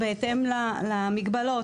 בהתאם למגבלות,